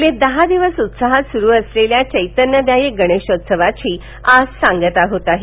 गेले दहा दिवस उत्साहात सुरू असलेल्या चतित्यदायी गणेशोत्सवाची आज सांगता होत आहे